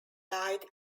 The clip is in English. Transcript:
died